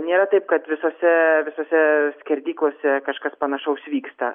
nėra taip kad visose visose skerdyklose kažkas panašaus vyksta